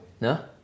No